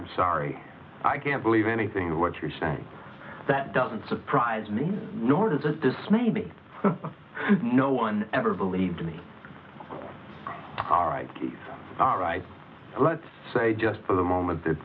i'm sorry i can't believe anything what you're saying that doesn't surprise me nor does this maybe no one ever believed me all right all right let's say just for the moment that